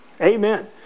Amen